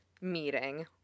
meeting